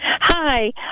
Hi